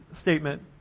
statement